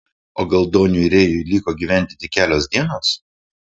o gal doniui rėjui liko gyventi tik kelios dienos